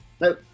no